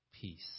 Peace